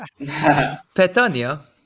Petania